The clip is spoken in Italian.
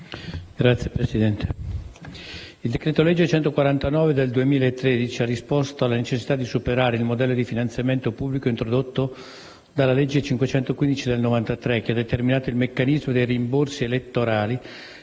Signora Presidente, il decreto-legge n. 149 del 2013 ha risposto alla necessità di superare il modello di finanziamento pubblico introdotto dalla legge n. 515 del 1993, che ha determinato il meccanismo dei rimborsi elettorali,